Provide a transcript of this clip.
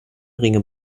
ringe